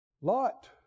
Lot